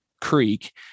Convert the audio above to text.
Creek